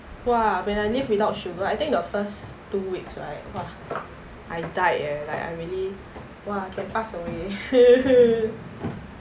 !wah! when I live without sugar I think the first two weeks right !wah! I died eh like I really !wah! can pass away